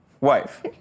wife